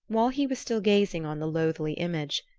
while he was still gazing on the loathly image,